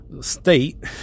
state